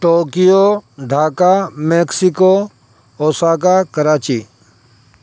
Tokyo Dhaka Mexico Osaka Karachi